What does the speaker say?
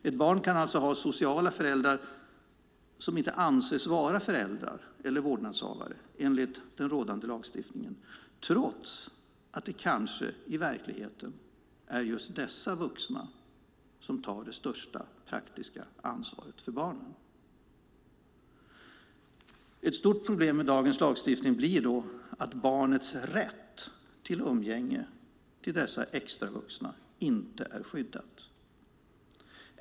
Ett barn kan alltså ha sociala föräldrar som inte anses vara föräldrar eller vårdnadshavare enligt den rådande lagstiftningen trots att de kanske i verkligheten är just dessa som tar det största praktiska ansvaret för barnet. Ett stort problem med dagens lagstiftning blir då att barnets rätt till umgänge med dessa extravuxna inte är skyddad.